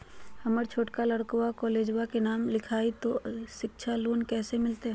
हमर छोटका लड़कवा कोलेजवा मे नाम लिखाई, तो सिच्छा लोन कैसे मिलते?